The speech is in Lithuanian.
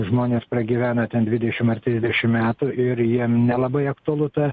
žmonės pragyvena ten dvidešimt ar trisdešimt metų ir jiem nelabai aktualu ta